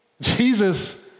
Jesus